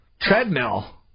treadmill